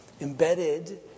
embedded